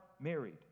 married